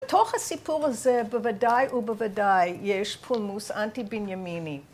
בתוך הסיפור הזה בוודאי ובוודאי יש פולמוס אנטי בנימיני.